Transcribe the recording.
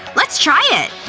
let's try it!